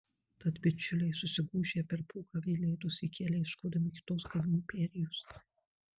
tad bičiuliai susigūžę per pūgą vėl leidosi į kelią ieškodami kitos kalnų perėjos